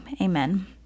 amen